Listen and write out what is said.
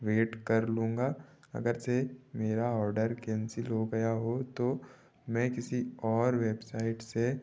wait कर लूँगा अगर से मेरा ऑर्डर कैंसिल हो गया हो तो मैं किसी और वेबसाइट से